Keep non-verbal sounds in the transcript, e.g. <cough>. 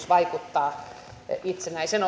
<unintelligible> vaikuttaa mahdollisen perustettavan itsenäisen <unintelligible>